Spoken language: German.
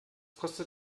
kostet